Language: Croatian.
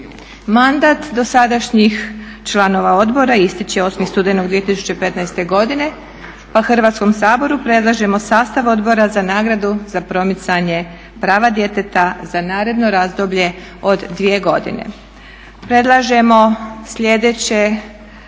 Mandat dosadašnjih članova odbora ističe 8.studenog 2015.godine pa Hrvatskom saboru predlažemo sastav Odbora za nagradu za promicanje prava djeteta za naredno razdoblje od dvije godine. Predlažemo sljedeće